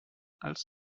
als